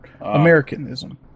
Americanism